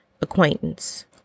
acquaintance